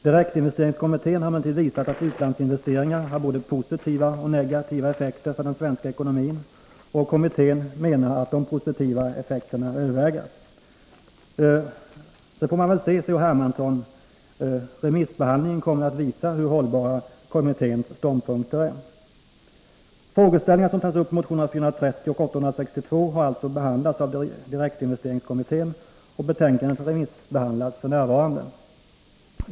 Direktinvesteringskommittén har emellertid visat att utlandsinvesteringar har både positiva och negativa effekter för den svenska ekonomin. Kommittén menar att de positiva effekterna överväger. Remissbehandlingen kommer att visa hur hållbara kommitténs ståndpunkter är. Frågeställningar som tas upp i motionerna 430 och 862 har alltså behandlats av direktinvesteringskommittén. Betänkandet remissbehandlas f. n.